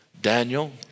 Daniel